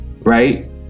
Right